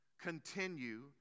continue